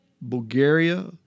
Bulgaria